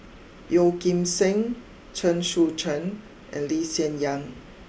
Yeo Kim Seng Chen Sucheng and Lee Hsien Yang